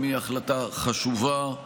גם היא החלטה חשובה,